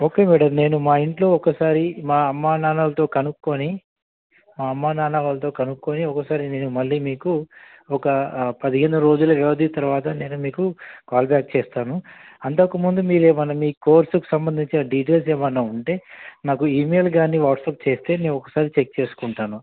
okay madam నేను మా ఇంట్లో ఒకసారి మా అమ్మా నాన్నలతో కనుక్కొని మా అమ్మా నాన్న వాళ్లతో కనుక్కొని ఒకసారి నేను మళ్ళీ మీకు ఒక పదిహేను రోజుల వ్యవధి తర్వాత నేను మీకు కాల్ బ్యాక్ చేస్తాను అంతకుముందు మీరు ఏమన్నా మీ కోర్సుకి సంబంధించిన డీటెయిల్స్ ఏమన్నా ఉంటే నాకు ఇమెయిల్ కానీ వాట్సాప్ చేస్తే నేను ఒకసారి చెక్ చేసుకుంటాను